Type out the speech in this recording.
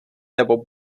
nebo